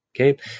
Okay